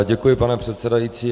Děkuji, pane předsedající.